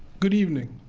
good evening.